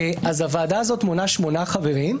הוועדה הזאת מונה שמונה חברים,